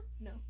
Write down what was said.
No